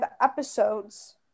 episodes